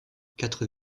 quatre